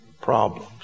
problems